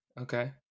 Okay